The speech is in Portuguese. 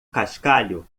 cascalho